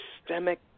systemic